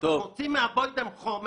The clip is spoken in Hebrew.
הוא עונה על מה שהוא רוצה, הוא